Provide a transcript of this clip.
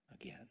again